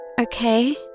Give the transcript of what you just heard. okay